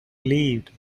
relieved